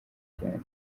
diane